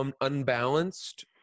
unbalanced